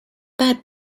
bad